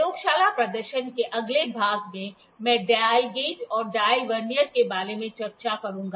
प्रयोगशाला प्रदर्शन के अगले भाग में मैं डायल गेज और डायल वर्नियर के बारे में चर्चा करूंगा